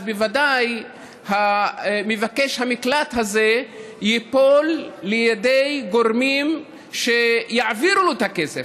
אז בוודאי מבקש המקלט הזה ייפול לידי גורמים שיעבירו לו את הכסף.